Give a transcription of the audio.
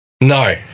No